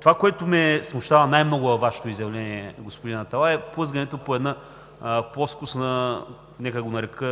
Това, което ме смущава най-много във Вашето изявление, господин Аталай, е плъзгането по една плоскост, нека да го нарека,